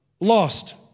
lost